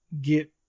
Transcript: get